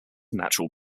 natural